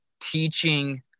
teaching